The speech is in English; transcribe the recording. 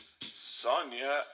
Sonia